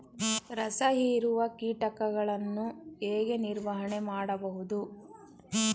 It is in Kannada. ರಸ ಹೀರುವ ಕೀಟಗಳನ್ನು ಹೇಗೆ ನಿರ್ವಹಣೆ ಮಾಡಬಹುದು?